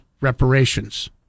reparations